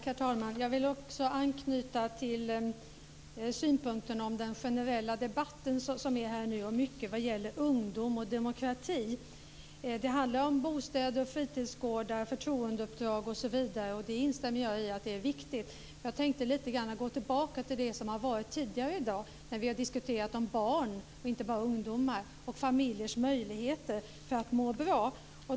Herr talman! Jag vill också anknyta till synpunkten om den generella debatten som är nu om ungdom och demokrati. Det handlar om bostäder, fritidsgårdar, förtroendeuppdrag osv. Jag instämmer i att det är viktigt. Jag tänkte gå lite grann tillbaka till det som har varit uppe tidigare i dag när vi har diskuterat barn, inte bara ungdomar, och familjers möjligheter för att må bra.